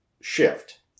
shift